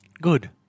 Good